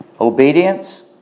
obedience